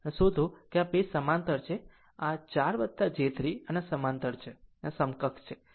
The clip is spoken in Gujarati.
આમ શોધો કે આ 2 સમાંતર છે આ 4 j 3 અને સમાંતર છે સમકક્ષ શોધો